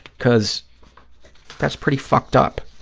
because that's pretty fucked up,